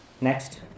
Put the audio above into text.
Next